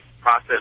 process